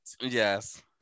Yes